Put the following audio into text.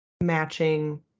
matching